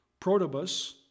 Protobus